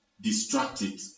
distracted